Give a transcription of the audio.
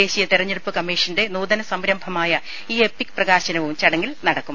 ദേശീയ തിരഞ്ഞെടുപ്പ് കമ്മീഷന്റെ നൂതന സംരംഭമായ ഇ എപിക് പ്രകാശനവും ചടങ്ങിൽ നടക്കും